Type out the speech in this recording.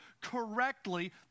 correctly